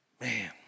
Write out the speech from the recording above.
Man